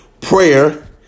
Prayer